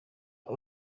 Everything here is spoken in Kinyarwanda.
the